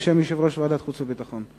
בשם יושב-ראש ועדת חוץ וביטחון.